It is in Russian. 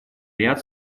ряд